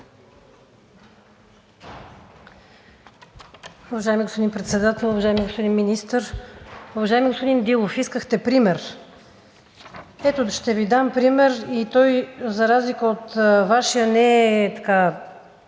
Уважаеми господин Председател, уважаеми господин Министър! Уважаеми господин Дилов, искахте пример. Ето, ще Ви дам пример и той за разлика от Вашия не е така